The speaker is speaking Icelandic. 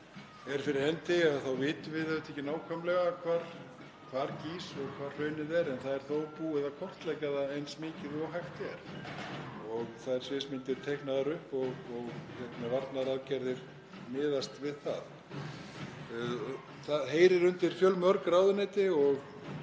er fyrir hendi þá vitum við auðvitað ekki nákvæmlega hvar gýs og hvar hraunið er, þá er þó búið að kortleggja það eins mikið og hægt er og þær sviðsmyndir teiknaðar upp. Varnaraðgerðir miðast við það. Þetta heyrir undir fjölmörg ráðuneyti og